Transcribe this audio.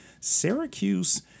Syracuse